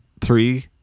three